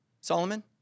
Solomon